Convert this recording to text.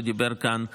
שדיבר כאן לפניי.